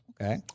Okay